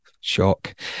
shock